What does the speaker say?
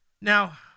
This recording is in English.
Now